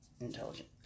intelligent